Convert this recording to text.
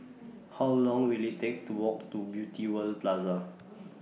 How Long Will IT Take to Walk to Beauty World Plaza